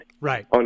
right